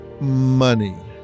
Money